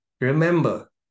Remember